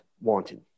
wanted